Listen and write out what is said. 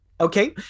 Okay